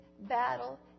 battle